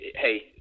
hey